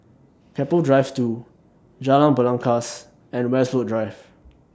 Keppel Drive two Jalan Belangkas and Westwood Drive